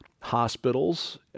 hospitals